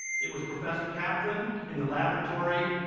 it was professor kaplan. in the laboratory.